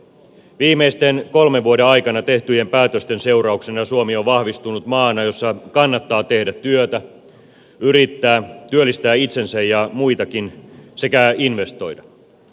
viimeisten kolmen vuoden aikana tehtyjen päätösten seurauksena suomi on vahvistunut maana jossa kannattaa tehdä työtä yrittää työllistää itsensä ja muitakin sekä investoida